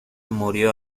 murió